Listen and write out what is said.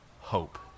hope